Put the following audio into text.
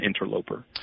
interloper